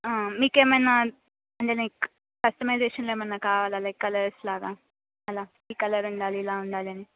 మీకేమన్నా అంటే like customization ఏమన్నా కావాలా లైక్ కలర్స్ లాగా అలా ఈ కలర్ ఉండాలి ఇలా ఉండాలని